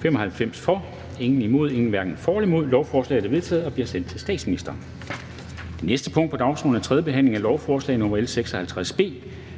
for eller imod stemte 0. Lovforslaget er enstemmigt vedtaget og vil nu blive sendt til statsministeren. --- Det næste punkt på dagsordenen er: 18) 3. behandling af lovforslag nr. L 56 A: